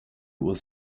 was